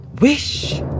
Wish